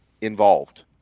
involved